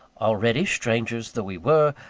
already, strangers though we were,